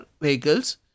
vehicles